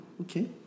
Okay